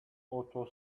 auto